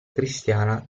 cristiana